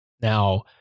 Now